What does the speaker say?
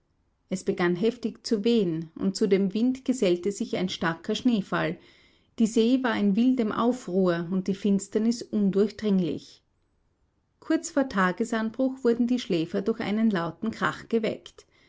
es begann heftig zu wehen und zu dem wind gesellte sich ein starker schneefall die see war in wildem aufruhr und die finsternis undurchdringlich kurz vor tagesanbruch wurden die schläfer durch einen lauten krach geweckt